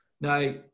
Now